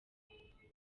kinyarwanda